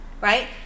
right